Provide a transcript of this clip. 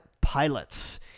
pilots